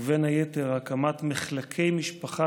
ובין היתר הקמת מחלקי משפחה,